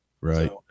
Right